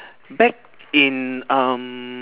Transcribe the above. back in um